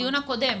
בדיון הקודם.